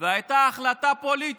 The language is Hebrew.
והייתה החלטה פוליטית,